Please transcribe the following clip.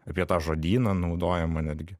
apie tą žodyną naudojamą netgi